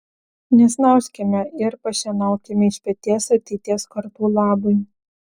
nesnauskime ir pašienaukime iš peties ateities kartų labui